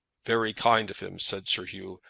very kind of him, said sir hugh.